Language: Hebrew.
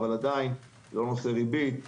אבל עדיין זה לא נושא ריבית,